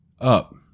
Up